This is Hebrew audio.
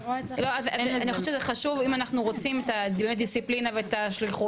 אני חושבת שזה חשוב אם אנחנו רוצים את דיוני הדיסציפלינה ואת השליחות,